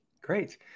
Great